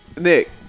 Nick